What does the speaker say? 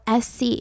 SC